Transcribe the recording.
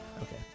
Okay